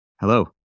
hello